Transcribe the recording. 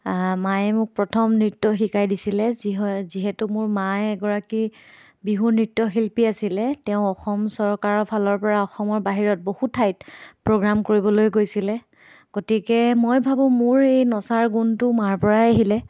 মায়ে মোক প্ৰথম নৃত্য শিকাই দিছিলে যিহ যিহেতু মোৰ মায়ে এগৰাকী বিহুৰ নৃত্যশিল্পী আছিলে তেওঁ অসম চৰকাৰৰ ফালৰ পৰা অসমৰ বাহিৰত বহু ঠাইত প্ৰগ্ৰাম কৰিবলৈ গৈছিলে গতিকে মই ভাবোঁ মোৰ এই নচাৰ গুণটো মাৰ পৰাই আহিলে